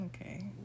Okay